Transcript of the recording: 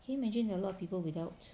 can you imagine that a lot of people without